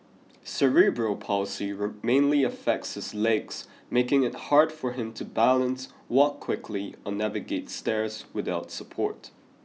cerebral palsy mainly affects his legs making it hard for him to balance walk quickly or navigate stairs without support